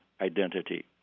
identity